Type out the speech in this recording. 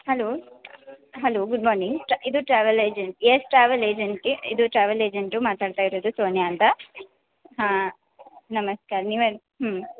hello hello good morning ಟ್ರ ಇದು travel agency yes travel agent ಇದು ಟ್ರಾವೆಲ್ ಏಜೆಂಟು ಮಾತಾಡ್ತಾ ಇರೋದು ಸೋನಿಯಾ ಅಂತ ಹಾಂ ನಮಸ್ಕಾರ ನೀವು ಯಾರು ಹ್ಞೂ